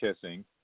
kissing